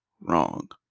wrong